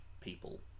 people